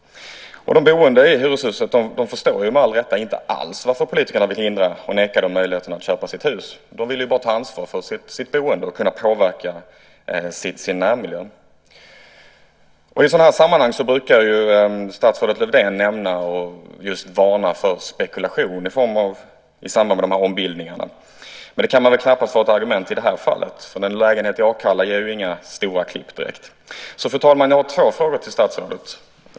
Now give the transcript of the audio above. De boende i hyreshuset förstår med all rätt inte alls varför politikerna vill neka dem möjligheten att köpa sitt hus. De vill ju bara ta ansvar för sitt boende och kunna påverka sin närmiljö. I sådana här sammanhang brukar statsrådet Lövdén nämna och varna för spekulation i samband med ombildningar. Men det kan knappast vara ett argument i det här fallet. En lägenhet i Akalla ger ju inga stora klipp direkt. Fru talman! Jag har två frågor till statsrådet.